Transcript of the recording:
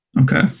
Okay